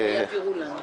אבל מתי יעבירו לנו?